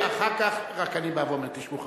אני רק בא ואומר: תשמעו,